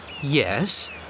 Yes